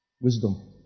Wisdom